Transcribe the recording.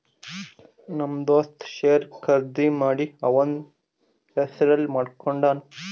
ನಮ್ ದೋಸ್ತ ಶೇರ್ ಖರ್ದಿ ಮಾಡಿ ಅವಂದ್ ಹೆಸುರ್ಲೇ ಮಾಡ್ಕೊಂಡುನ್